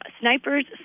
snipers